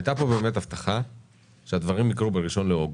הייתה פה באמת הבטחה שהדברים יקרו ב-1 באוגוסט.